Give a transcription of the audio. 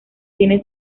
tiene